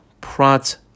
Prat